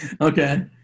Okay